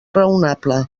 raonable